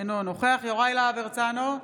אינו נוכח יוראי להב הרצנו,